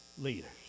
leaders